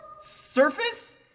Surface